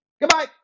Goodbye